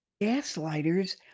Gaslighters